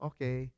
Okay